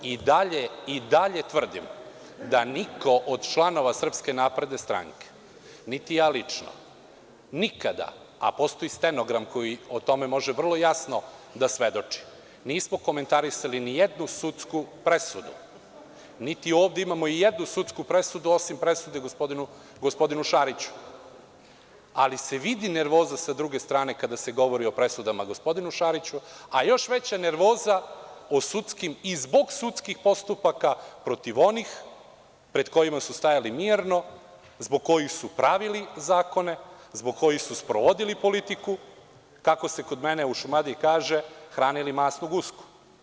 I dalje tvrdim da niko od članova SNS, niti ja lično, nikada, a postoji stenogram koji može o tome vrlo jasno da svedoči, nismo komentarisali ni jednu sudsku presudu, niti ovde imamo i jednu sudsku presudu, osim presude gospodinu Šariću, ali se vidi nervoza sa druge strane kada se govori o presudama gospodinu Šariću, a još veća nervoza zbog sudskih postupaka protiv onih pred kojima su stajali mirno, zbog kojih su pravili zakone, zbog kojih su sprovodili politiku, kako se kod mene u Šumadiji kaže, hranili masnu gusku.